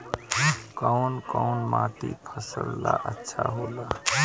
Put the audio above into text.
कौन कौनमाटी फसल ला अच्छा होला?